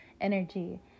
energy